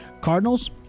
Cardinals